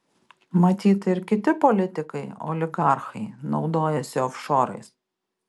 matyt ir kiti politikai oligarchai naudojasi ofšorais